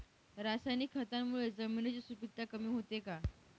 रासायनिक खतांमुळे जमिनीची सुपिकता कमी होते का?